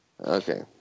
Okay